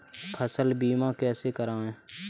फसल बीमा कैसे कराएँ?